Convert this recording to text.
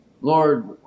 Lord